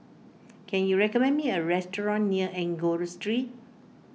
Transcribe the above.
can you recommend me a restaurant near Enggor Street